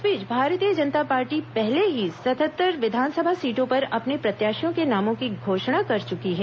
इस batch Bharatiya Janata Party पहले ही सतहत्तर विधानसभा सीटों पर अपने प्रत्याशियों के नामों की घोषणा कर चुकी है